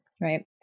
right